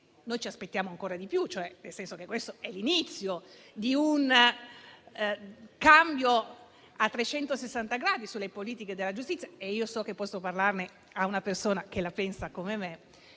ci aspettiamo ancora di più, nel senso che questo è l'inizio di un cambiamento complessivo nelle politiche della giustizia - so che posso parlarne a una persona che la pensa come me